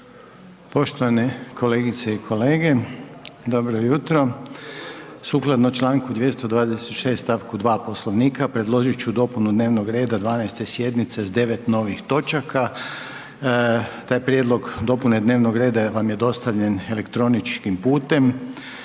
Poštovane kolegice i kolege, dobro jutro. Sukladno Članku 226. stavku 2. Poslovnika predložit ću dopunu dnevnog reda 12. sjednice s 9 novih točaka, taj prijedlog dopune dnevnog reda vam je dostavljen elektroničkim putem